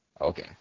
Okay